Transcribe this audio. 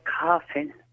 coffin